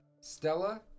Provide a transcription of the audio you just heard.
Stella